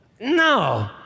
No